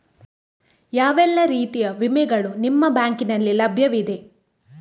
ಯಾವ ಎಲ್ಲ ರೀತಿಯ ವಿಮೆಗಳು ನಿಮ್ಮ ಬ್ಯಾಂಕಿನಲ್ಲಿ ಲಭ್ಯವಿದೆ?